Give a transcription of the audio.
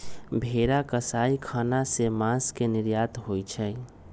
भेरा कसाई ख़ना से मास के निर्यात होइ छइ